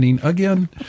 Again